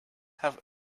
have